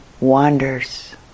wanders